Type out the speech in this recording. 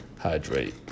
hydrate